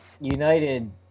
United